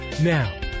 now